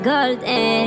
Golden